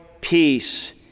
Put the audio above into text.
peace